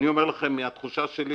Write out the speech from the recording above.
אני אומר לכם שהתחושה שלי,